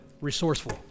resourceful